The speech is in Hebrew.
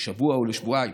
לאגור לשבוע או לשבועיים.